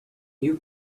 you